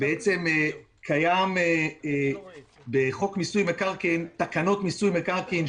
קיים בחוק מיסוי מקרקעין תקנות מיסוי מקרקעין,